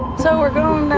so we're going